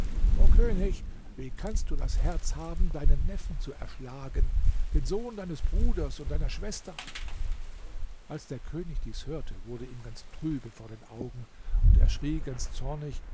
o könig wie kannst du das herz haben deinen neffen zu erschlagen den sohn deines bruders und deiner schwester als der könig dies hörte wurde ihm ganz trübe vor den augen und er schrie ganz zornig